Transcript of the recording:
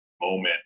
moment